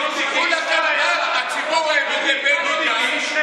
הציבור האמין לבני גנץ,